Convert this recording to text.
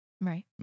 Right